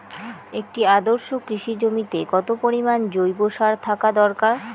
একটি আদর্শ কৃষি জমিতে কত পরিমাণ জৈব সার থাকা দরকার?